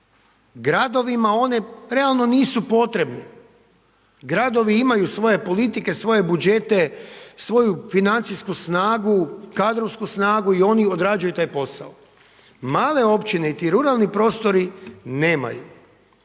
gradovima oni relativno nisu potrebni, gradovi imaju svoje politike, svoje budžete, svoju financijsku snagu, kadrovsku snagu i oni odrađuju taj posao. Male općine i ti ruralni prostori nemaju.